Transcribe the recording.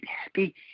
happy